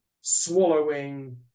swallowing